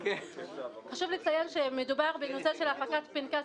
חשוב לציין שמדובר בנושא של הכנת פנקס